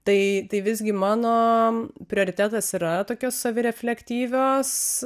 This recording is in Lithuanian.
tai tai visgi mano prioritetas yra tokios savireflektyvios